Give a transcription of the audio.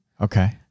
Okay